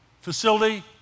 facility